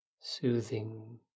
soothing